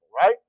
right